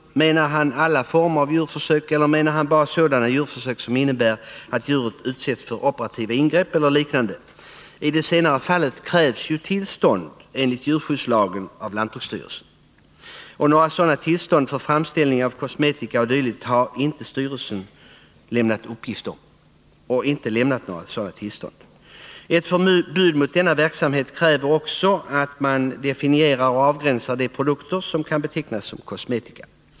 Menar han alla former av djurförsök, eller menar han bara sådana som innebär att djur utsätts för operativa ingrepp eller liknande? I det senare fallet krävs ju enligt djurskyddslagen tillstånd av lantbruksstyrelsen. Några sådana tillstånd för framställning av kosmetika o. d. har styrelsen enligt uppgift inte lämnat. Ett förbud mot denna verksamhet kräver också att man definierar och avgränsar vilka produkter som skall betecknas som kosmetika.